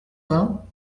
vingt